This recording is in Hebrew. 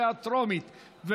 התשע"ח 2017,